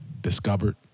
discovered